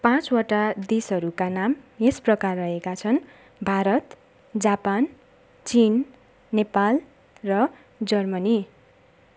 पाँचवटा देशहरूका नाम यस प्रकार रहेका छन् भारत जापान चीन नेपाल र जर्मनी